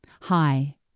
Hi